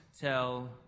tell